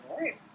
right